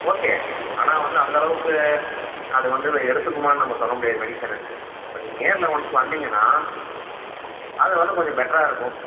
okay ஆனால் வந்து அந்தளவுக்கு அது வந்து எடுத்துக்குமான்னு நம்ம வந்து சொல்ல முடியாது மெடிசனை இப்போ நீங்கள் நேரில் ஒன்ஸ் வந்தீங்கன்னால் அது வந்து கொஞ்சம் பெட்டராக இருக்கும்